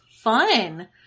fun